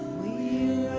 we